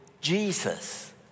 Jesus